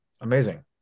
amazing